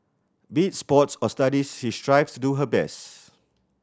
be it sports or studies she strives do her best